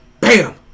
Bam